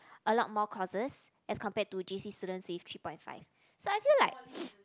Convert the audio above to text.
a lot more courses as compared to J_C students with three point five so I feel like